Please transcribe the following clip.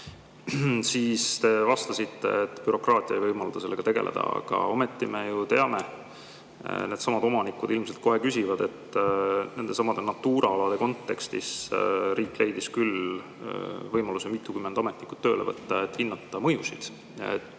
Te vastasite, et bürokraatia ei võimalda sellega tegeleda. Aga ometi me ju teame seda – omanikud ilmselt kohe küsivad selle kohta –, et nendesamade Natura alade kontekstis riik leidis küll võimaluse mitukümmend ametnikku tööle võtta, et hinnata mõjusid,